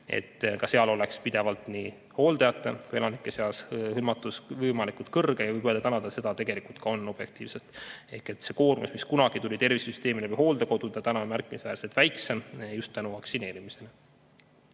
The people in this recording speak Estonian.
et seal oleks pidevalt nii hooldajate kui ka elanike seas hõlmatus võimalikult suur. Võib öelda, et täna ta seda tegelikult ka on, objektiivselt. Ehk see koormus, mis kunagi tuli tervisesüsteemi läbi hooldekodude, täna on märkimisväärselt väiksem just tänu vaktsineerimisele. Haiglate